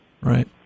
Right